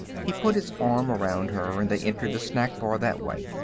he put his arm around her and they entered the snack bar that way.